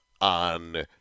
on